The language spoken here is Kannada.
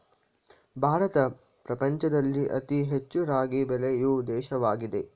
ಭಾರತ ಪ್ರಪಂಚದಲ್ಲಿ ಅತಿ ಹೆಚ್ಚು ರಾಗಿ ಬೆಳೆಯೊ ದೇಶವಾಗಿದೆ